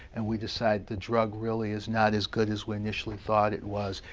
and we decide the drug really is not as good as we initially thought it was,